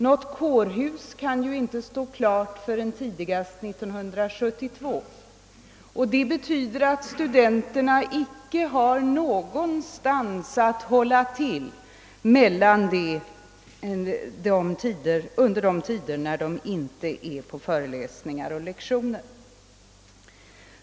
Något kårhus kan inte stå klart förrän tidigast 1972, och det betyder att studenterna icke har någonstans att hålla till när de inte är på föreläsningar och lektioner.